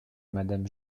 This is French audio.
madame